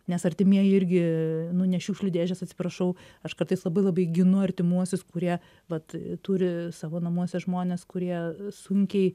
nes artimieji irgi nu ne šiukšlių dėžės atsiprašau aš kartais labai labai ginu artimuosius kurie vat turi savo namuose žmones kurie sunkiai